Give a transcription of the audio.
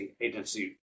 agency